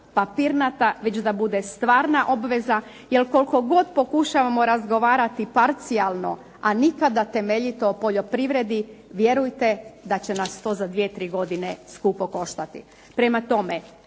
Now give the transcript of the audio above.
papirnata, već da bude stvarna obveza, jer koliko god pokušavamo razgovarati parcijalno, a nikada temeljito o poljoprivredi, vjerujte da će nas to za dvije, tri godine skupo koštati. Prema tome,